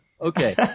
Okay